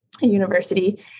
University